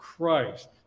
Christ